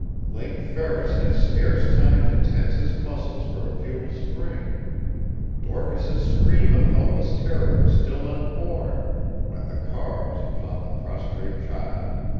link ferris had scarce time to tense his muscles for a futile spring dorcas's scream of helpless terror was still unborn when the car was upon the prostrate child.